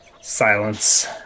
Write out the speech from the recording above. Silence